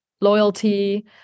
loyalty